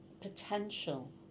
potential